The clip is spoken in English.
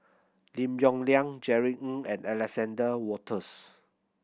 Lim Yong Liang Jerry Ng and Alexander Wolters